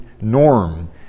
norm